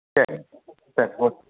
சரிங்க சேரி ஓகே